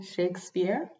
Shakespeare